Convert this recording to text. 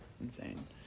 insane